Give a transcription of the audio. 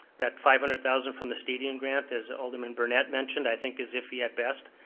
that five hundred thousand from the stadium grant, as alderman brunette mentioned, i think is iffy at best.